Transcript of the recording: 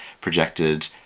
projected